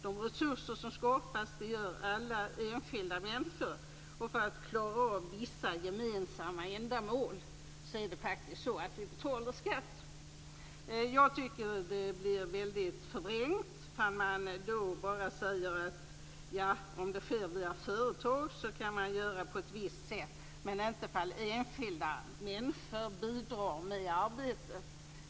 De resurser som skapas berör alla enskilda människor, och vi betalar skatt för att klara vissa gemensamma ändamål. Jag tycker att det blir väldigt förvrängt om man säger, att om det gäller företag kan man göra på ett visst sätt, men inte om enskilda människor bidrar med arbete.